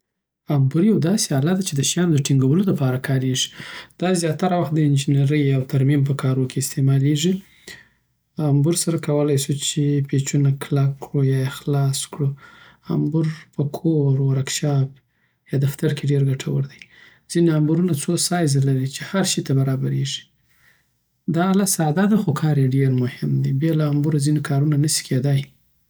امبور یو داسې آله ده چی د شیانو د ټنکولو د پاره کارېږي. دا زیاتره وخت د انجینرۍ او ترمیم په کارونو کې استعمالېږي. امبور سره کولای سو پیچونه کلک کړو یا یی خلاص کړو امبور په کور، ورکشاپ یا دفتر کې ډېر ګټور دی. ځینې امبورونه څو سایزه لری چی هر شی ته برابرېږي. دا آله ساده ده، خو کار یې ډېر مهم دی. بې له امبوره، ځینې کارونه نسی کېدای.